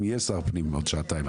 אם יהיה שר פנים בעוד שעתיים,